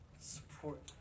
support